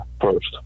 first